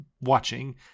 watching